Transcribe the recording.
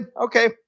okay